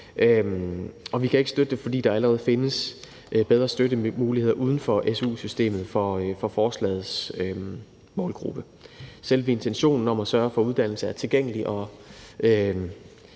Og vi kan ikke støtte forslaget, fordi der allerede findes bedre støttemuligheder uden for su-systemet for forslagets målgruppe. Selve intentionen om at sørge for, at uddannelse er tilgængelig og